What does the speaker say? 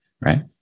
right